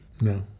no